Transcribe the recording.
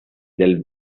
del